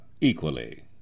equally